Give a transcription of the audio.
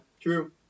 True